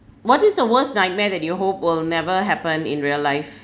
what is the worst nightmare that you hope will never happen in real life